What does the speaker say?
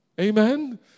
Amen